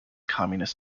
communist